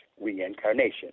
reincarnation